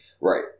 Right